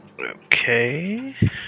Okay